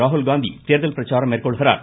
ராகுல்காந்தி தேர்தல் பிரச்சாரம் மேற்கொள்கிறார்